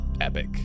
epic